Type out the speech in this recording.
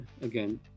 again